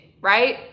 right